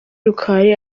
rukali